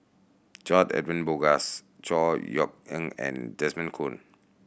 George Edwin Bogaars Chor Yeok Eng and Desmond Kon